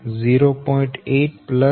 8 j 0